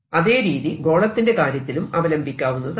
അതേ രീതി ഗോളത്തിന്റെ കാര്യത്തിലും അവലംബിക്കാവുന്നതാണ്